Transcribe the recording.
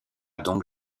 donc